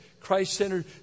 Christ-centered